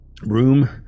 room